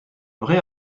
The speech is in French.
vraie